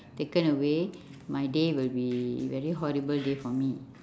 taken away my day will be very horrible day for me